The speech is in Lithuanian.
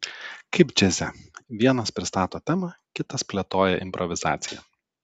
kaip džiaze vienas pristato temą kitas plėtoja improvizaciją